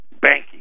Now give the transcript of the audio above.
banking